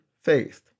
faith